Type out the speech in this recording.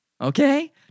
okay